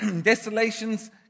desolations